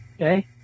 Okay